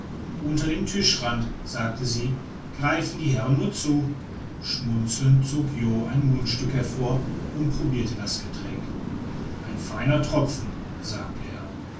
unter dem tischrand sagte sie greifen die herren nur zu schmunzelnd zog jo ein mundstück hervor und probierte das getränk ein feiner tropfen sagte er